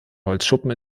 holzschuppen